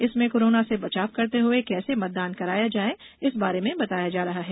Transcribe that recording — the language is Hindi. इसमें कोरोना से बचाव करते हुए कैसे मतदान कराया जाए इस बारे में बताया जा रहा है